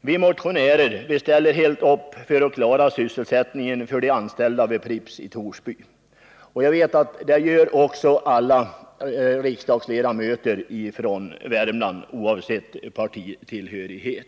Vi motionärer ställer helt upp för att klara sysselsättningen för de anställda vid Pripps i Torsby. Det gör alla riksdagsledamöter i Värmland oavsett partitillhörighet.